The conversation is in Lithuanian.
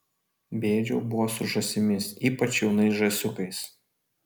bėdžiau buvo su žąsimis ypač jaunais žąsiukais